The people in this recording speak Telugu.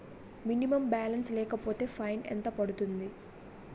మినిమం బాలన్స్ లేకపోతే ఫైన్ ఎంత పడుతుంది?